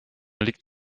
liegt